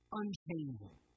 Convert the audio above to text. unchanging